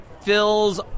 fills